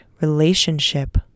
relationship